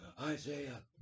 Isaiah